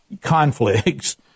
conflicts